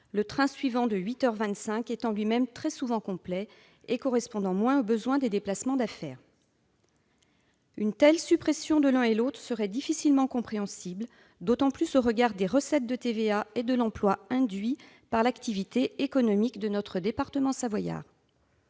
le train suivant, celui de 8 heures 25, étant lui-même très souvent complet et correspondant moins aux besoins des déplacements d'affaires. La suppression de l'un et l'autre serait difficilement compréhensible, au regard des recettes de TVA et de l'emploi induits par l'activité économique du département savoyard.